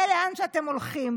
זה לאן שאתם הולכים.